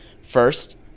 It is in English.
First